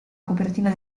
copertina